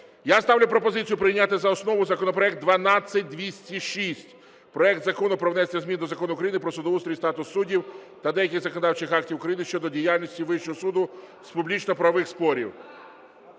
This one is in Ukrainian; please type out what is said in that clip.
я ставлю пропозицію прийняти за основу законопроект 12206 – проект Закону про внесення змін до Закону України "Про судоустрій і статус суддів" та деяких законодавчих актів України щодо діяльності Вищого суду з публічно-правових спорів,